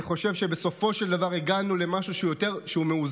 אני חושב שבסופו של דבר הגענו למשהו מאוזן,